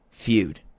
feud